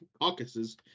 caucuses